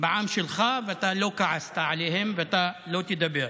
בעם שלך, ואתה לא כעסת עליהם, ואתה לא תדבר: